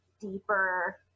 deeper